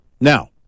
Now